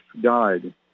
died